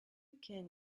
can